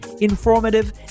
informative